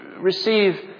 receive